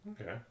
Okay